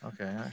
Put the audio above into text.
Okay